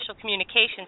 communications